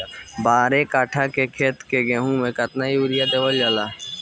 बारह कट्ठा खेत के गेहूं में केतना यूरिया देवल जा?